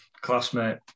Classmate